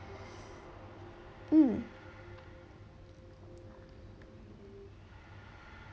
mm